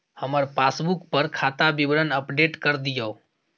हमर पासबुक पर खाता विवरण अपडेट कर दियो